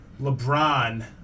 LeBron